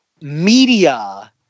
media